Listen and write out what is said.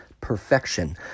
Perfection